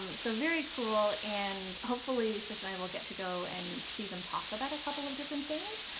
so very cool. and hopefully sush and i and will get to go and see them talk about a couple of different things.